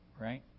right